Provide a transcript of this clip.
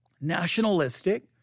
nationalistic